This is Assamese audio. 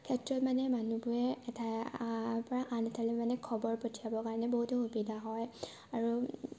ক্ষেত্ৰত মানে মানুহবোৰে এটা আন এঠাইলৈ মানে খবৰ পঠিয়াবৰ কাৰণে বহুতো সুবিধা হয় আৰু